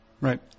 Right